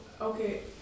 okay